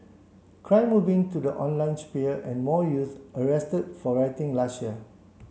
crime moving to the online sphere and more youths arrested for rioting last year